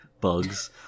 bugs